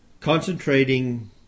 concentrating